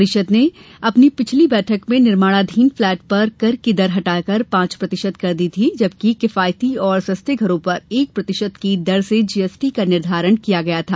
परिषद ने अपनी पिछली बैठक में निर्माणाधीन फ्लैट पर कर की दर हटाकर पांच प्रतिशत कर दी थी जबकि किफायती और सस्ते घरों पर एक प्रतिशत की दर से जी एस टी का निर्धारण किया गया था